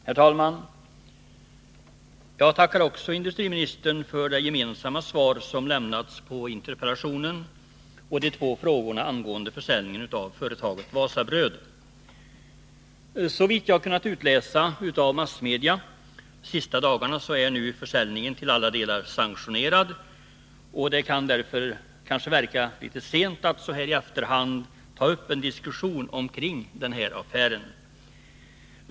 Herr talman! Också jag tackar industriministern för det gemensamma svar som lämnats på interpellationen och de två frågorna angående försäljningen av företaget Wasabröd. Såvitt jag kunnat utläsa av massmedia de senaste dagarna är försäljningen nu till alla delar sanktionerad, och det kan därför kanske verka litet sent att så här i efterhand ta upp en diskussion omkring den här affären.